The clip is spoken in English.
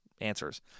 answers